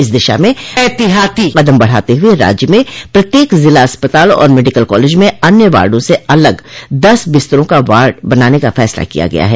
इस दिशा में ऐतिहाती कदम बढ़ाते हुए राज्य में प्रत्येक जिला अस्पताल और मेडिकल कॉलेज में अन्य वार्डों से अलग दस बिस्तरों का वार्ड बनाने का फैसला किया है